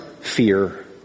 fear